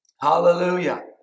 Hallelujah